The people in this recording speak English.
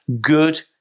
good